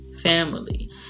family